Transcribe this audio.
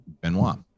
Benoit